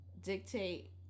dictate